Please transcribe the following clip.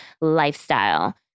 lifestyle